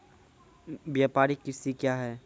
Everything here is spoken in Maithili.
व्यापारिक कृषि क्या हैं?